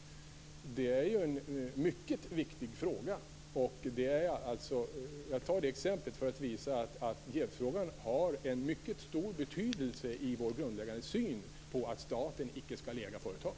Det är en mycket viktig fråga. Jag har tagit detta exempel för att visa att jävsfrågor har stor betydelse i vår grundläggande syn att staten inte skall äga företag.